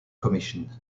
commission